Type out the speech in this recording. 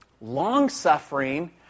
Long-suffering